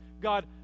God